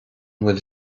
bhfuil